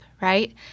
right